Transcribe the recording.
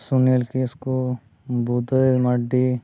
Sunil Kisku Budhai Mardi